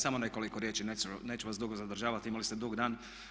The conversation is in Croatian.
Samo nekoliko riječi, neću vas dugo zadržavati, imali ste dug dan.